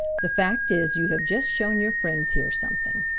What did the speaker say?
the fact is you have just shown your friends here something.